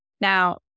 Now